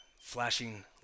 flashing